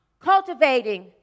cultivating